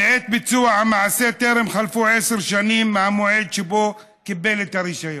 "בעת ביצוע המעשה טרם חלפו עשר שנים מהמועד שבו קיבל את הרישיון".